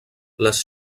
les